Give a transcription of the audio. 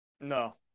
no